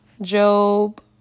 Job